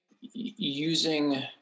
using